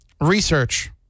research